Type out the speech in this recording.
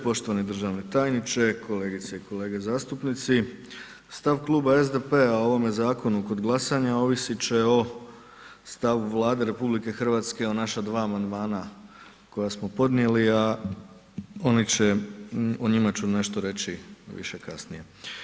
Poštovani državni tajniče, kolegice i kolege zastupnici, stav Kluba SDP-a o ovome zakonu kod glasanja ovisit će o stavu Vlade RH o naša dva amandmana koja smo podnijeli, a o njima ću nešto reći više kasnije.